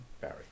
Barry